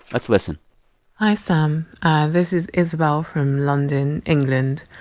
let's listen hi, sam. this is isabelle from london, england,